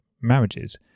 marriages